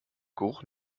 geruch